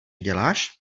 děláš